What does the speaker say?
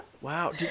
wow